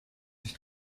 sich